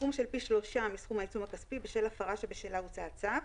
בסכום של פי שלושה מסכום העיצום הכספי בשל ההפרה שבשלה הוצא הצו,